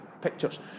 pictures